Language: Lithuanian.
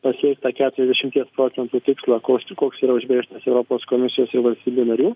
pasiektą keturiasdešimties procentų tikslą kos koks yra užbrėžtas europos komisijos ir valstybių narių